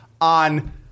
on